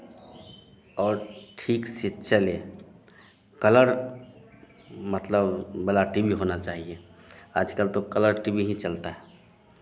और ठीक से चले कलर मतलब वाला टी वी होना चाहिए आजकल तो कलर टी वी ही चलता है